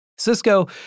Cisco